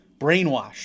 brainwashed